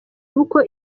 uko